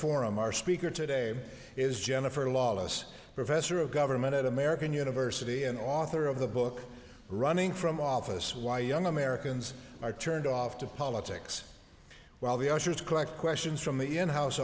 forum our speaker today is jennifer lawless professor of government at american university and author of the book running from office why young americans are turned off to politics while the ushers collect questions from the in house